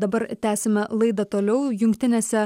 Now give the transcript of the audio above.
dabar tęsiame laidą toliau jungtinėse